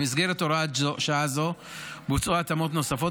במסגרת הוראת שעה זו בוצעו התאמות נוספות,